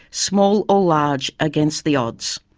small or large, against the odds.